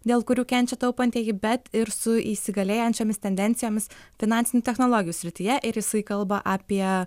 dėl kurių kenčia taupantieji bet ir su įsigaliojančiomis tendencijomis finansinių technologijų srityje ir jisai kalba apie